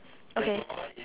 okay